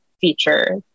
feature